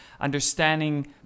understanding